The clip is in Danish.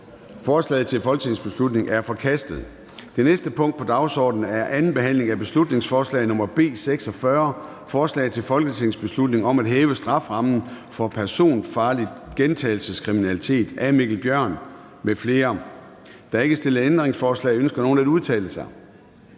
Forslaget til folketingsbeslutning er forkastet. --- Det næste punkt på dagsordenen er: 8) 2. (sidste) behandling af beslutningsforslag nr. B 46: Forslag til folketingsbeslutning om at hæve strafferammen for personfarlig gentagelseskriminalitet. Af Mikkel Bjørn (DF) m.fl. (Fremsættelse 10.11.2023. 1. behandling